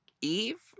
Eve